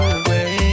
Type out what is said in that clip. away